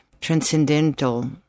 transcendental